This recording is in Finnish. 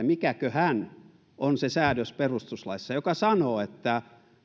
mikäköhän on se säännös perustuslaissa joka sanoo että